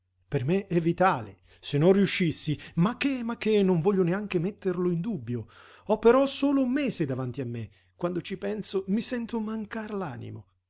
per me è vitale se non riuscissi ma che ma che non voglio neanche metterlo in dubbio ho però solo un mese davanti a me quando ci penso mi sento mancar